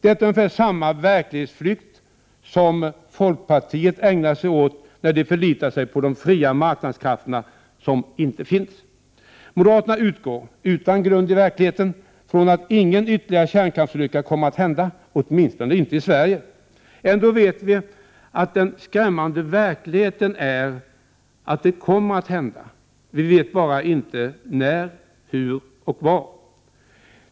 Detta är ungefär samma verklighetsflykt som folkpartiet ägnar sig åt när man där förlitar sig på de fria marknadskrafter som inte finns. Moderaterna utgår — utan grund i verkligheten — från att ingen ytterligare kärnkraftsolycka kommer att hända, åtminstone inte i Sverige. Ändå vet vi att verkligheten är skrämmande, att en sådan kommer att hända. Vi vet bara inte när, hur och var.